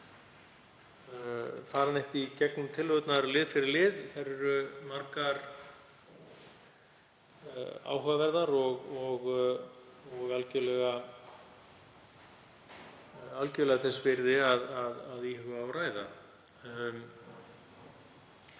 ekki að fara neitt í gegnum tillögurnar lið fyrir lið. Þær eru margar áhugaverðar og algerlega þess virði að íhuga og ræða.